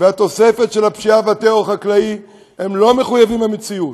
והתוספת של הפשיעה והטרור החקלאי היא לא מחויבת המציאות.